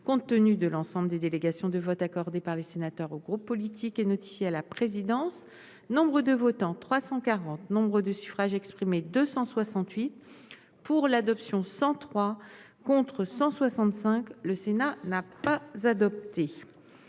compte tenu de l'ensemble des délégations de vote accordé par les sénateurs aux groupes politiques et notifié à la présidence, nombre de votants 340 Nombre de suffrages exprimés 268 pour l'adoption 103 contre 165, le Sénat n'a pas adopté